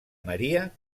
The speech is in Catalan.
maria